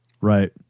right